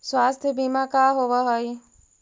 स्वास्थ्य बीमा का होव हइ?